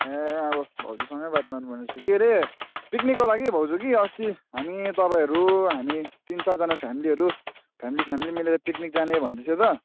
ए अब भाउजूसँगै बात मार्नुपर्ने रहेछ के अरे पिकनिकको लागि कि भाउजू अस्ति हामी तपाईँहरू हामी तिनचारजना फेमिलीहरू फेमिली फेमिली मिलेर पिकनिक जाने भन्दै थियो त